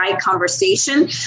conversation